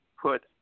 put